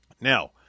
Now